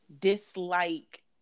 dislike